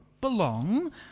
belong